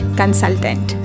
consultant